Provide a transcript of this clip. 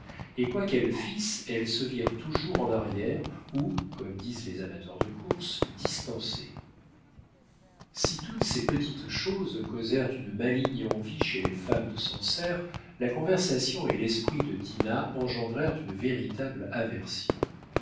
et quoi qu'elles fissent elles se virent toujours en arrière ou comme disent les amateurs de courses distancées si toutes ces petites choses causèrent une maligne envie chez les femmes de sancerre la conversation et l'esprit de dinah engendrèrent une véritable aversion